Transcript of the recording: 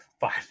fine